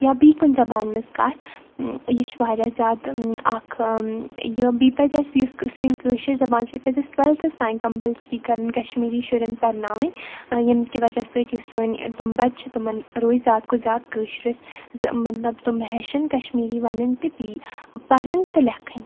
یا بیٚیہِ کُنہِ زَبانہِ منٛز کَتھ یہِ چھُ واریاہ زیادٕ اکھ یہِ بیٚیہِ پَزِ اَسہِ یُس سٲنۍ کٲشِر زَبان چھِ یہِ پَزِ اَسہِ ٹُوٮ۪لتھَس تام کَمپَلسری کَرٕنۍ کَشمیٖری شُرٮ۪ن پَرناوٕنۍ ییٚمہِ کہِ وَجہ سۭتۍ یُس سٲنۍ تِم بَچہِ چھِ تِمَن روزِ زیادٕ کھۄتہٕ زیادٕ کٲشرِس مطلب تِم ہیٚچھَن کَشمیٖری وَنٕنۍ تہٕ بیٚیہِ پَرٕنۍ تہٕ لیکھٕنۍ